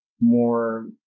more